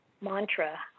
mantra